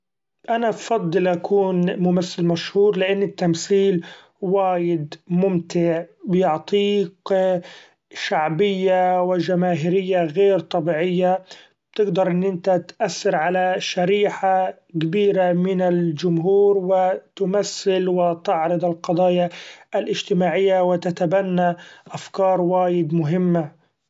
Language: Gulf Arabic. أنا بفضل اكون ممثل مشهور لأن التمثيل وايد ممتع بيعطيك شعبية و جماهيرية غير طبيعية ، بتقدر ان انت تأثر علي شريحة كبيري من الجمهور و تمثل و تعرض القضايا الإجتماعية و تتبني أفكار وايد مهمة.